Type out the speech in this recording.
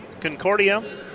Concordia